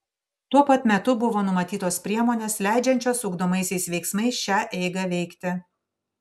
tuo pat metu buvo numatytos priemonės leidžiančios ugdomaisiais veiksmais šią eigą veikti